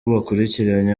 bakurikiranye